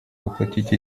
воплотить